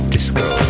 Disco